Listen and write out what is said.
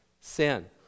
sin